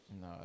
No